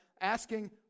asking